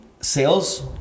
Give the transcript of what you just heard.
sales